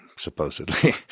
supposedly